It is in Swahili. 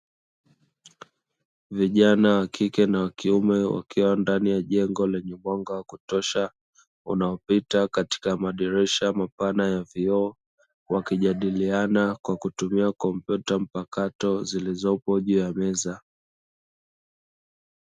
Vijana wa kike na wa kiume wakiwa ndani ya jengo lenye mwanga wa kutosha unaopita katika madirisha mapana ya vioo, wakijadiliana kwa kutumia kompyuta mpakato zilizopo juu ya meza.